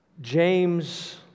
James